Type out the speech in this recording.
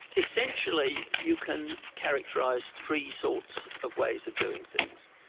essentially you can characterise three sorts of ways of doing things.